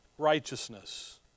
righteousness